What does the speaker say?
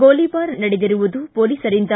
ಗೋಲಿಬಾರ್ ನಡೆದಿರುವುದು ಪೊಲೀಸರಿಂದ